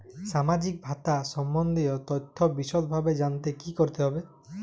সামাজিক ভাতা সম্বন্ধীয় তথ্য বিষদভাবে জানতে কী করতে হবে?